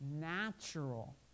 natural